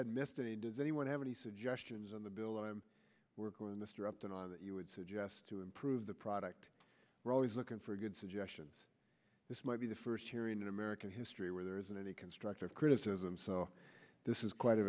had missed it does anyone have any suggestions on the bill and work with mr upton on that you would suggest to improve the product we're always looking for good suggestions this might be the first hearing in american history where there isn't any constructive criticism so this is quite a